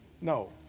No